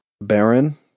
Baron